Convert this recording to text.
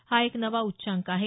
हा एक नवा उच्चांक आहे